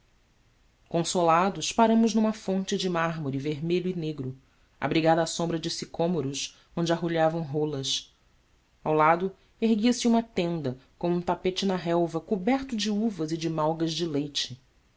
consolados paramos numa fonte de mármore vermelho e negro abrigada à sombra de sicômoros onde arrulhavam rolas ao lado erguia-se uma tenda com um tapete na relva coberto de uvas e de malgas de leite